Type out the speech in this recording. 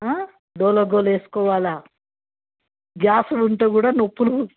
డోలో గోళీ వేసుకోవాలి గ్యాస్లు ఉంటే కూడా నొప్పులు